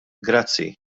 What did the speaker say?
grazzi